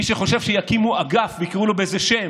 מי שחושב שיקימו אגף ויקראו לו באיזה שם,